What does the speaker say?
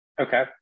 Okay